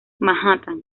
manhattan